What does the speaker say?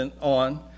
on